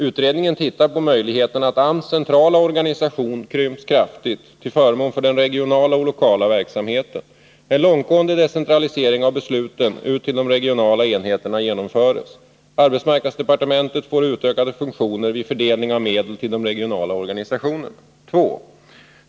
De viktigaste av dessa är följande: 1. AMS centrala organisation krymps kraftigt till förmån för den regionala och lokala verksamheten. En långtgående decentralisering av besluten ut till de regionala enheterna genomförs. Arbetsmarknadsdepartementet får utökade funktioner vid fördelning av medel till de regionala organisationerna. 2.